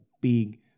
big